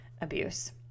abuse